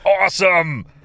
awesome